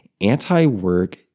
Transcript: anti-work